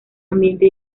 ambiente